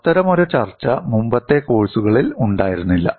അത്തരമൊരു ചർച്ച മുമ്പത്തെ കോഴ്സുകളിൽ ഉണ്ടായിരുന്നില്ല